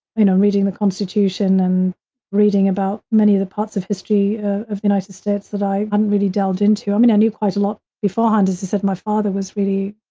you know, reading the constitution and reading about many of the parts of history of the united states that i hadn't really delved into. i mean, i knew quite a lot beforehand. as i said, my father was really,